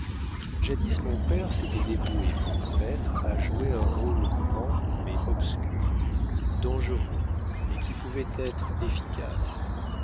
jadis mon père s'était dévoué pour nos maîtres à jouer un rôle grand mais obscur dangereux mais qui pouvait être efficace